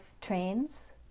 trains